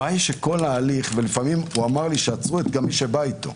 הבעיה היא שגם עצרו את מי שבא איתו,